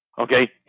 okay